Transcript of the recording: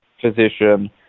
physician